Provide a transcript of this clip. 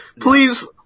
Please